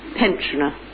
pensioner